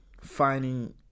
Finding